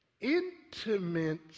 intimate